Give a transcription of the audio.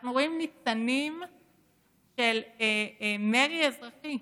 אנחנו רואים ניצנים של מרי אזרחי,